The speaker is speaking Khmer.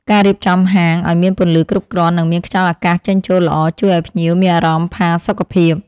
ការរៀបចំហាងឱ្យមានពន្លឺគ្រប់គ្រាន់និងមានខ្យល់អាកាសចេញចូលល្អជួយឱ្យភ្ញៀវមានអារម្មណ៍ផាសុកភាព។